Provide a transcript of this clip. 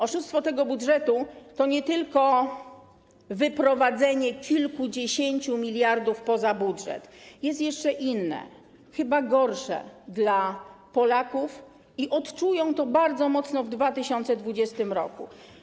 Oszustwo tego budżetu to nie tylko wyprowadzenie kilkudziesięciu miliardów poza budżet, jest jeszcze inne, chyba gorsze dla Polaków, którzy odczują to bardzo mocno w 2020 r.